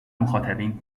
مخاطبین